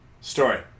Story